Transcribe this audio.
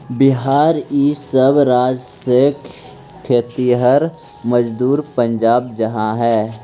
बिहार इ सब राज्य से खेतिहर मजदूर पंजाब जा हई